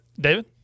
David